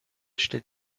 stellt